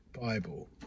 Bible